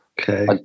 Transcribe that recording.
Okay